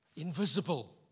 invisible